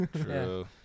True